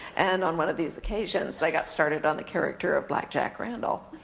and on one of these occasions they got started on the character of black jack randall.